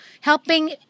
Helping